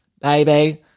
Baby